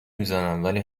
میزنم، ولی